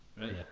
right